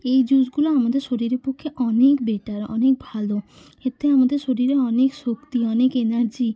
এই জুসগুলো আমাদের শরীরের পক্ষে অনেক বেটার অনেক ভালো এতে আমাদের শরীরে অনেক শক্তি অনেক এনার্জি